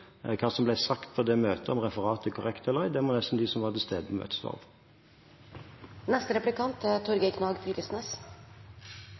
Hva som ble sagt på det møtet, om referatet er korrekt eller ei, må nesten de som var til stede